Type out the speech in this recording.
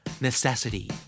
necessity